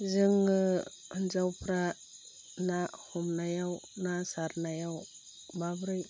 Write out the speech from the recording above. जोङो हिन्जावफ्रा ना हमनायाव ना सारनायाव माबोरै